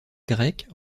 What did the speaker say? grecs